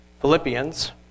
Philippians